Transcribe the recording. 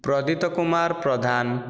Pradipta Kumar Pradhan